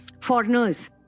foreigners